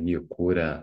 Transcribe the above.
jį įkūrė